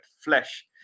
flesh